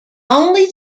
only